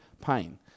pain